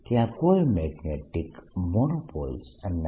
ત્યાં કોઈ magnetic monopoles નથી